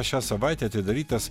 šią savaitę atidarytas